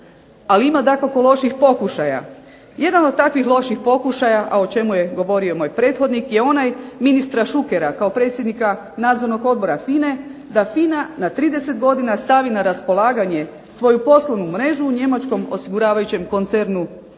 ali ima dakako loših pokušaja. Jedan od takvih loših pokušaja a o čemu je govorio moj prethodnik je onaj ministra Šukera kao predsjednika nadzornog odbora FINA-e, da FINA na 30 godina stavi na raspolaganje svoju poslovnu mrežu Njemačkom osiguravajućem koncernu Talanx